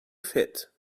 fit